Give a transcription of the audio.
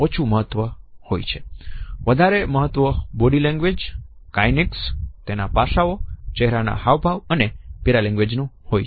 વધારે મહત્વ body language kinesics તેના પાસાઓ ચહેરા ના હાવભાવ અને પેરાલેંગ્વેજ નું હોય છે